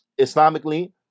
Islamically